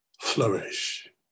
flourish